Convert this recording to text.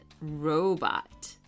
robot